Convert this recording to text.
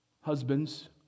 Husbands